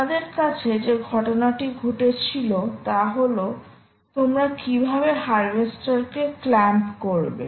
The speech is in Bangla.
আমাদের কাছে যে ঘটনাটি ঘটেছিল তা হল তোমরা কীভাবে হারভেস্টারকে ক্ল্যাম্প করবে